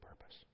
purpose